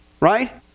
Right